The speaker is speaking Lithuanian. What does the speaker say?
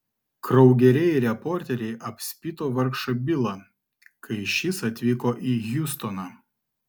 kraugeriai reporteriai apspito vargšą bilą kai šis atvyko į hjustoną